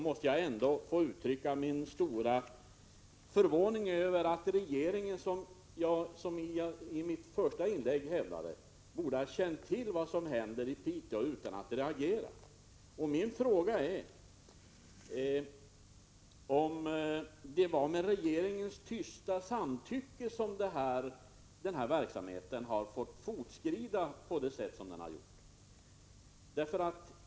Men jag måste uttrycka min stora förvåning över att regeringen — som jag hävdade i mitt första inlägg — måste ha känt till vad som hänt i Piteå utan att reagera. Min fråga är om det är med regeringens tysta samtycke som den här verksamheten fått fortskrida på det sätt som skett.